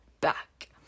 back